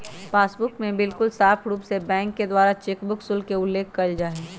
passbook में बिल्कुल साफ़ रूप से बैंक के द्वारा चेकबुक शुल्क के उल्लेख कइल जाहई